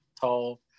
tall